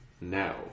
now